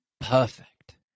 perfect